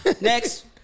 Next